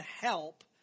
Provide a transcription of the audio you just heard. help